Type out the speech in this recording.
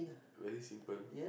very simple